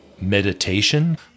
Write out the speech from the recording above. meditation